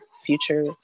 future